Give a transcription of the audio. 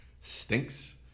stinks